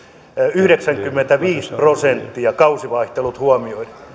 yhdeksänkymmentäviisi prosenttia kausivaihtelut huomioiden